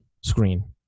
screen